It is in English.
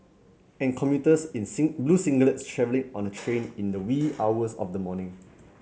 and commuters in blue singlets travelling on a train in the wee hours of the morning